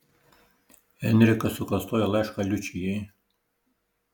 enrikas suklastoja laišką liučijai